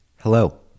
Hello